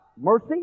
mercy